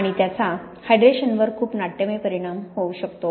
आणि याचा हायड्रेशनवर खूप नाट्यमय परिणाम होऊ शकतो